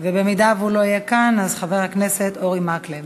אם הוא לא יהיה כאן, חבר הכנסת אורי מקלב.